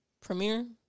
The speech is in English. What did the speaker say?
Premiere